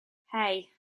hey